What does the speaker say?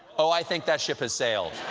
oh, i think that ship has sailed.